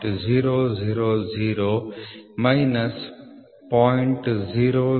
000 minus 0